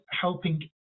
helping